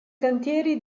cantieri